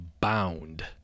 Bound